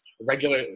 regular